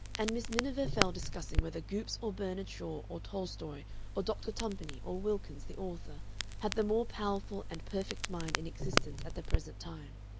and miss miniver fell discussing whether goopes or bernard shaw or tolstoy or doctor tumpany or wilkins the author had the more powerful and perfect mind in existence at the present time.